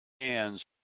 hands